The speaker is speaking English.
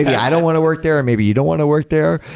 yeah i don't want to work there and maybe you don't want to work there,